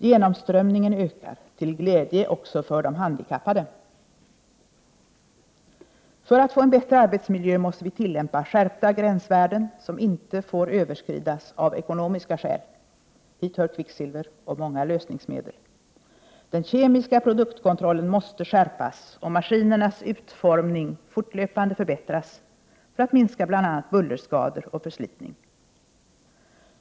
Genomströmningen ökar — till glädje också för de handikappade. För att få en bättre arbetsmiljö måste vi tillämpa skärpta gränsvärden som inte får överskridas av ekonomiska skäl. Hit hör kvicksilver och många lösningsmedel. Den kemiska produktkontrollen måste skärpas och maskinernas utformning fortlöpande förbättras för att minska bl.a. bullerskador och förslitning.